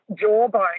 jawbone